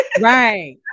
Right